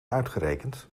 uitgerekend